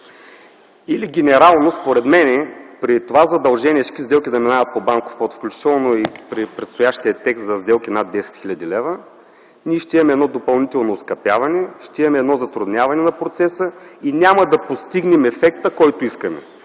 Или генерално, според мен, при това задължение всички сделки да минават по банков път, включително и при предстоящия текст за сделки над 10 хил. лв., ние ще имаме едно допълнително оскъпяване, ще имаме едно затрудняване на процеса и няма да постигнем ефекта, който искаме.